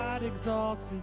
exalted